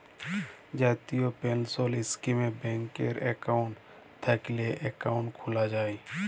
জাতীয় পেলসল ইস্কিমে ব্যাংকে একাউল্ট থ্যাইকলে একাউল্ট খ্যুলা যায়